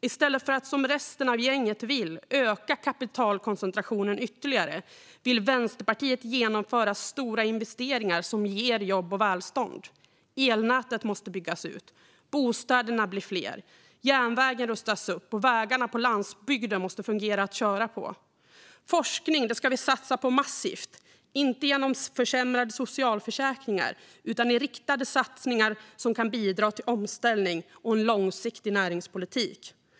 I stället för att, som resten av gänget vill, öka kapitalkoncentrationen ytterligare vill Vänsterpartiet genomföra stora investeringar som ger jobb och välstånd. Elnätet måste byggas ut, bostäderna måste bli fler, järnvägen måste rustas upp och vägarna på landsbygden måste fungera att köra på. Forskning ska vi satsa massivt på, inte genom försämrade socialförsäkringar utan med riktade satsningar som kan bidra till omställning och en långsiktig näringspolitik.